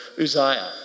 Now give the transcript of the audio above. Uzziah